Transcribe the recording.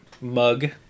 mug